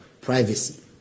privacy